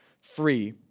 free